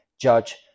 judge